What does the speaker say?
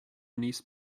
niece